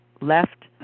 Left